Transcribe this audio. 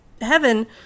heaven